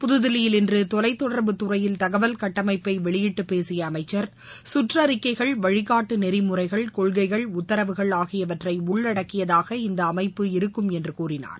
புதுதில்லியில் இன்று தொலைதொடர்புத் துறையில் தகவல் கட்டமைப்பை வெளியிட்ட பேசிய அமைச்சர் சுற்றறிக்கைகள் வழிகாட்டு நெறிமுறைகள் கொள்கைகள் உத்தரவுகள் ஆகியவற்றை உள்ளடக்கியதாக இந்த அமைப்பு இருக்கும் என்று அவர் கூறினார்